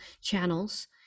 channels